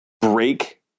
break